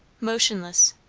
motionless,